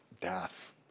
death